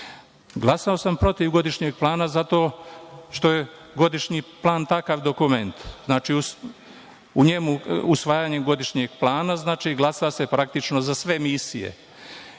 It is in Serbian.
Glasao sam protiv godišnjeg plana zato što je godišnji plan takav dokument. Znači, usvajanjem godišnjeg plana glasa se praktično za sve misije.